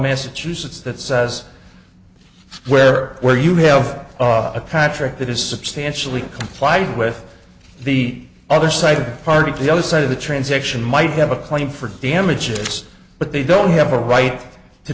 massachusetts that says where or where you have a patrick that is substantially complied with the other side party to the other side of the transaction might have a claim for damages but they don't have a right to